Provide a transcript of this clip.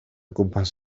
gwmpas